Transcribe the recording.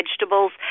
vegetables